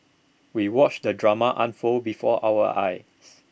we watched the drama unfold before our eyes